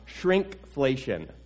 shrinkflation